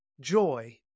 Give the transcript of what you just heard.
joy